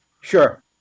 Sure